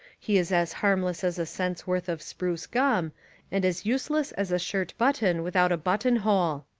he is as harmless as a cent's worth of spruce gum and as useless as a shirt button without a button hole.